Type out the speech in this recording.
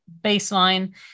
baseline